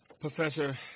Professor